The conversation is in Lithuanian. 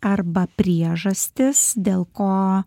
arba priežastis dėl ko